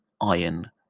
iron